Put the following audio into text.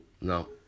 No